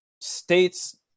states